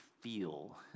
feel